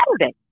Saturday